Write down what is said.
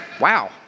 wow